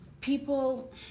people